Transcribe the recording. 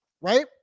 right